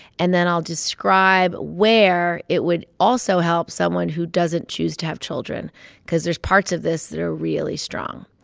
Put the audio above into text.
and then i'll describe where it would also help someone who doesn't choose to have children cause there's parts of this that are really strong.